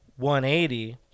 180